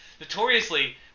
notoriously